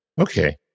Okay